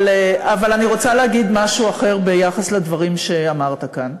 אבל אני רוצה להגיד משהו אחר ביחס לדברים שאמרת כאן,